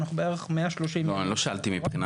אנחנו בערך 130 יום --- אני מחדד,